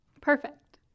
Perfect